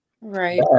Right